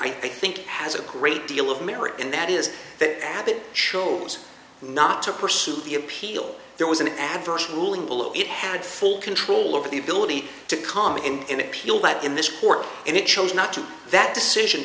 i think has a great deal of merit and that is that it shows not to pursue the appeal there was an adverse ruling will it had full control of the ability to calm in an appeal that in this court and it chose not to that decision